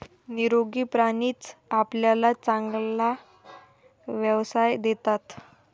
निरोगी प्राणीच आपल्याला चांगला व्यवसाय देतात